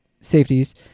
safeties